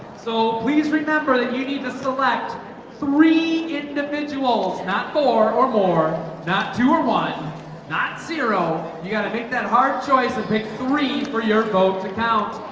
so please remember that you need to select three individuals not four or more not two or one not zero. you got to make that hard choice i pick three for your vote to count.